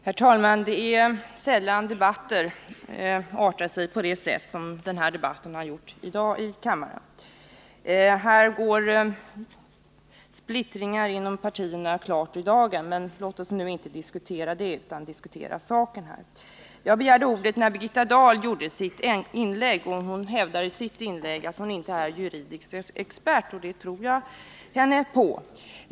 Herr talman! Det är sällan debatter artar sig på det sätt som den här debatten har gjort i dag i kammaren. Här går splittringar inom partierna klart i dagen, men låt oss inte diskutera det utan saken. Jag begärde ordet när Birgitta Dahl gjorde sitt inlägg, där hon hävdar att hon inte är juridisk expert — och det tror jag.